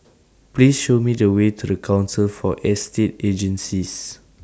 Please Show Me The Way to The Council For Estate Agencies